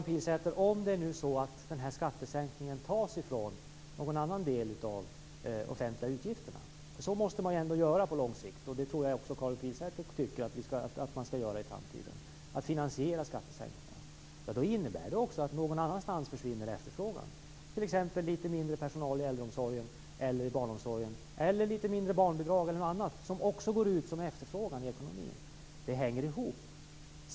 Fru talman! Skattesänkningen finansieras någon annanstans i de offentliga utgifterna, Karin Pilsäter. Så måste man göra på lång sikt. Jag tror också Karin Pilsäter tycker att man skall finansiera skattesänkningarna i framtiden. Då innebär det också att efterfrågan försvinner någon annanstans. Det blir t.ex. litet mindre personal i äldreomsorgen eller i barnomsorgen eller litet mindre barnbidrag. Det kan vara något annat som efterfrågas mindre i ekonomin. Det hänger ihop.